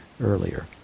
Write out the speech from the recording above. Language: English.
earlier